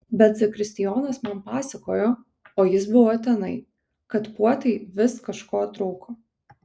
bet zakristijonas man pasakojo o jis buvo tenai kad puotai vis kažko trūko